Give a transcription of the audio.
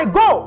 go